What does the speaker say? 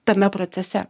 tame procese